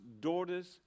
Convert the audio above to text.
daughters